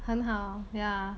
很好 yeah